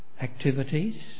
activities